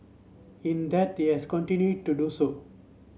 in death he has continued to do so